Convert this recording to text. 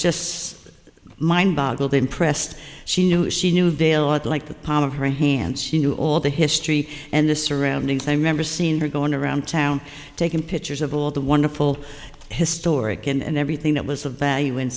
so mind boggled impressed she knew she knew dale it like the palm of her hand she knew all the history and the surroundings i remember seeing her going around town taking pictures of all the wonderful historic and everything that was of value in